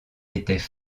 étaient